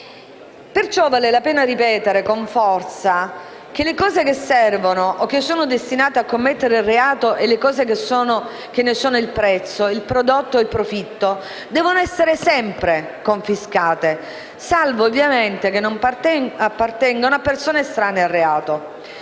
perciò la pena ripetere con forza che le cose che servono o che sono destinate a commettere il reato e le cose che ne sono il prezzo, il prodotto o il profitto, devono essere sempre confiscate, salvo, ovviamente, che appartengano a persone estranee al reato.